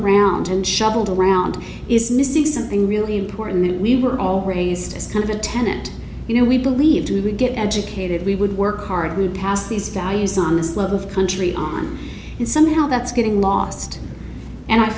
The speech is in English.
around and shuffled around is missing something really important we were all raised as kind of a tenant you know we believed we would get educated we would work hard to pass these values on this love of country on it somehow that's getting lost and i